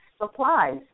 supplies